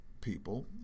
people